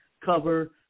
cover